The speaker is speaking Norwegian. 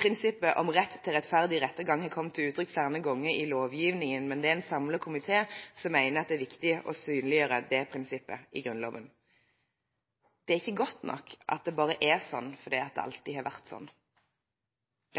Prinsippet om rett til rettferdig rettergang har kommet til uttrykk flere ganger i lovgivningen, men det er en samlet komité som mener at det er viktig å synliggjøre det prinsippet i Grunnloven. Det er ikke godt nok at det bare er slik fordi det alltid har vært slik.